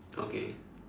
okay